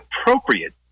appropriate